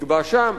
יקבע שם.